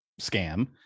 scam